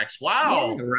Wow